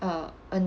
uh a